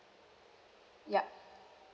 ya